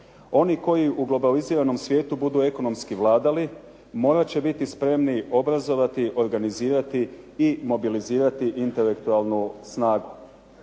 Oni koji u globaliziranom svijetu budu ekonomski vladali morat će biti spremni obrazovati, organizirati i mobilizirati intelektualnu snagu.".